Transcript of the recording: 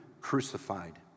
crucified